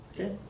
Okay